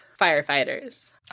firefighters